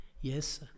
Yes